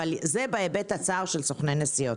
אבל זה בהיבט הצר של סוכני נסיעות.